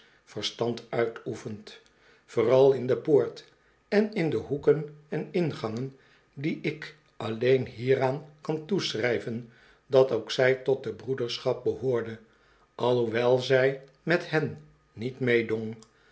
uitoefent vooral in de poort en in de hoeken en ingangen dien ik alleen hieraan kan toeschrijven dat ook zij tot de broederschap behoorde alhoewel zij met hen niet meedong